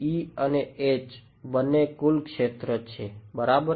E અને H બંને કુલ ક્ષેત્ર છે બરાબર